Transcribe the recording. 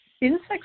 insects